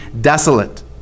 desolate